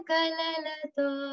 Kalalato